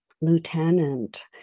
lieutenant